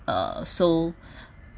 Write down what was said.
uh so